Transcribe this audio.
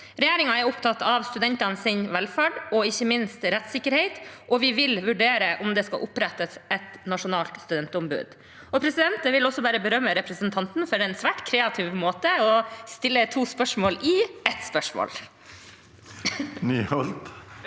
Regjeringen er opptatt av studentenes velferd og ikke minst rettssikkerhet, og vi vil vurdere om det skal opprettes et nasjonalt studentombud. Jeg vil også berømme representanten for en svært kreativ måte å stille to spørsmål i ett spørsmål